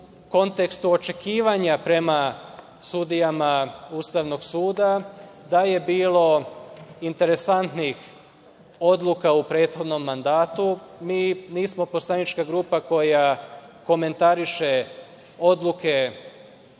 kontekstu očekivanja prema sudijama Ustavnog suda, da je bilo interesantnih odluka u prethodnom mandatu. Mi nismo poslanička grupa koja komentariše odluke